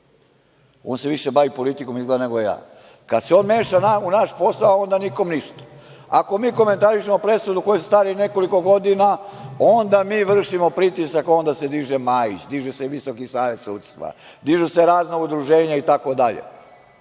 On se više bavi politikom izgleda nego ja. Kada se on meša u naš posao, onda nikom ništa. Ako mi komentarišemo presude koje su stare nekoliko godina, onda mi vršimo pritisak, onda se diže Majić, diže se Visoki savet sudstva, dižu se razna udruženja itd, koja